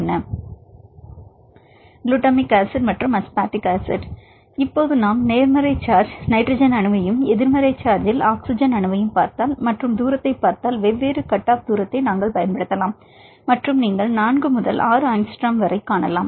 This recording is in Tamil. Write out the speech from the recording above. குளுட்டமிக் அமிலம் மற்றும் அஸ்பார்டிக் அமிலம் இப்போது நாம் நேர்மறை சார்ஜ் நைட்ரஜன் அணுவையும் எதிர்மறை சார்ஜ் ல் ஆக்ஸிஜன் அணுவையும் பார்த்தால் மற்றும் தூரத்தைப் பார்த்தால் வெவ்வேறு கட் ஆஃப் தூரத்தை நாங்கள் பயன்படுத்தலாம் மற்றும் நீங்கள் 4 முதல் 6 ஆங்ஸ்ட்ரோம் வரை காணலாம்